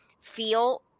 feel